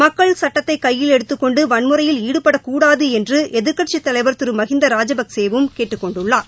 மக்கள் சுட்டத்தை கையில் எடுத்துக் கொண்டு வன்முறையில் ஈடுபடக்கூடாது என்று எதிர்க்கட்சித் தலைவர் திரு மகிந்தா ராஜபக்ஜே யும் கேட்டுக் கொண்டுள்ளார்